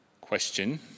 question